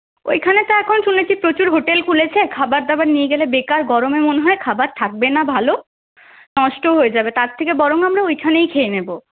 ওইখানে তো এখন শুনেছি প্রচুর হোটেল খুলেছে খাবার দাবার নিয়ে গেলে বেকার গরমে মনে হয় খাবার থাকবেনা ভালো নষ্ট হয়ে যাবে তার থেকে বরং আমরা ওইখানেই খেয়ে নেবো